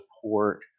support